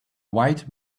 white